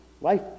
Life